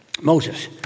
Moses